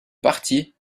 parti